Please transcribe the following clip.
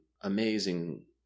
amazing